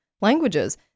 languages